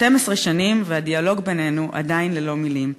12 שנים, והדיאלוג בינינו עדיין ללא מילים,